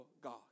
God